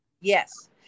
yes